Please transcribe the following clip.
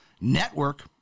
Network